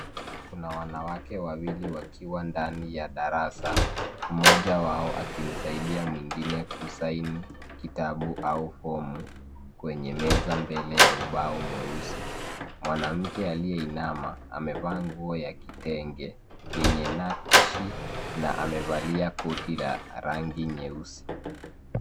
Kuna wanawake wawili wakiwa ndani ya darasa. Mmoja wao akimsaidia mwingine ku sign kitabu au fomu kwenye meza mbele ya ubao mweusi. Mwanamke aliyeinama amevaa nguo ya kitenge yenye nakshi na amevalia koti la rangi nyeusi.